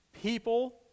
people